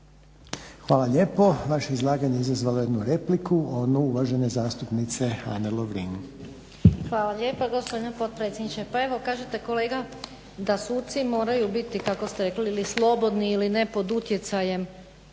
Hvala lijepo. Vaše izlaganje je izazvalo jednu repliku onu uvažene zastupnice Ane Lovrin. **Lovrin, Ana (HDZ)** Hvala lijepa gospodine potpredsjedniče. Pa evo, kažete kolega da suci moraju biti kako ste rekli ili slobodni ili ne pod utjecajem